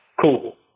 cool